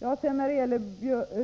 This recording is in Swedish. När det sedan gäller